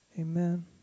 Amen